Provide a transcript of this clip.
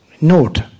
note